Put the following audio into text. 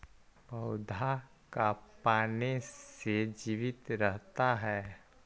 पौधा का पाने से जीवित रहता है?